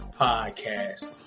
podcast